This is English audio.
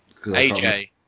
aj